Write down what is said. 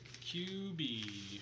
Q-B